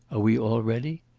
are we all ready?